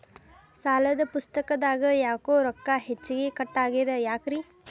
ಸಾಲದ ಪುಸ್ತಕದಾಗ ಯಾಕೊ ರೊಕ್ಕ ಹೆಚ್ಚಿಗಿ ಕಟ್ ಆಗೆದ ಯಾಕ್ರಿ?